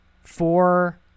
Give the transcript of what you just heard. four